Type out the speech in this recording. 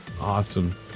Awesome